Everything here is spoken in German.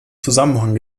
zusammenhang